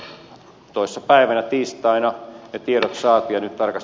vasta toissa päivänä tiistaina ne tiedot saatiin värikäs